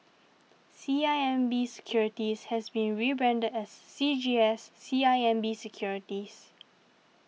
C I M B Securities has been rebranded as C G S C I M B Securities